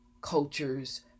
cultures